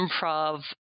improv